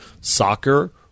soccer